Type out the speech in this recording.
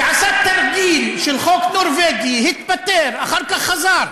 שעשה תרגיל של חוק נורבגי, התפטר, אחר כך חזר.